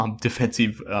defensive